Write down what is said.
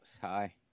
hi